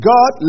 God